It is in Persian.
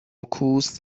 کوس